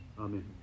Amen